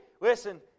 listen